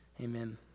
Amen